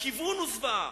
הכיוון הוא זוועה.